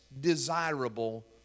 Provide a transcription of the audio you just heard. desirable